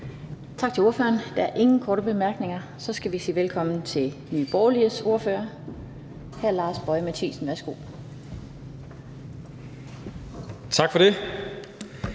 Tak til ordføreren. Der er ingen korte bemærkninger. Så skal vi sige velkommen til Nye Borgerliges ordfører, hr. Lars Boje Mathiesen. Værsgo. Kl.